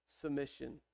submission